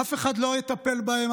אף אחד לא יטפל בהם,